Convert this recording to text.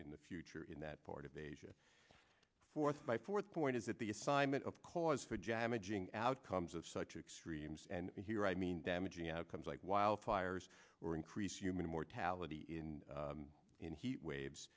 in the future in that part of asia fourth my fourth point is that the assignment of cause for jam edging outcomes of such extremes and here i mean damaging outcomes like wildfires or increase human mortality in in heat waves